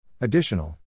Additional